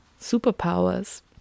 superpowers